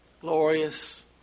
glorious